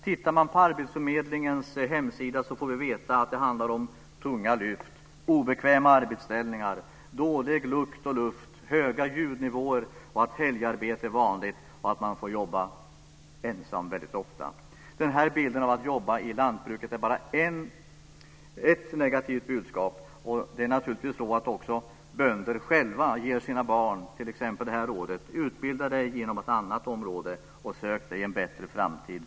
Tittar man på arbetsförmedlingens hemsida så får man veta att det handlar om tunga lyft, obekväma arbetsställningar, dålig lukt och luft och höga ljudnivåer. Helgarbete är vanligt och man får jobba ensam väldigt ofta. Denna bild av att jobba i lantbruket är bara ett negativt budskap. Naturligtvis ger också bönder själva sina barn t.ex. det här rådet: Utbilda dig på ett annat område och sök dig en bättre framtid!